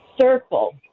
circle